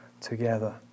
together